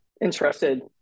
interested